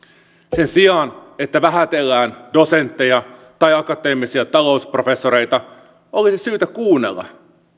sen sijaan että vähätellään dosentteja tai akateemisia talousprofessoreita olisi syytä kuunnella